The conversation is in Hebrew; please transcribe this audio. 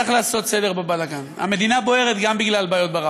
צריך לעשות סדר בבלגן: המדינה בוערת גם בגלל בעיות ב"רב-קו".